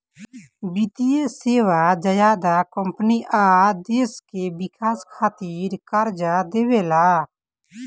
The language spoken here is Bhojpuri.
वित्तीय सेवा ज्यादा कम्पनी आ देश के विकास खातिर कर्जा देवेला